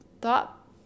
thought